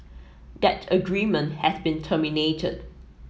that agreement has been terminated